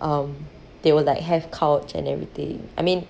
um they will like have couch and everything I mean